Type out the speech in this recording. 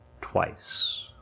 twice